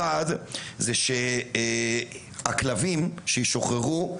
אחת היא שהכלבים שישוחררו,